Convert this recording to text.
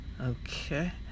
Okay